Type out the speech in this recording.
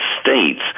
States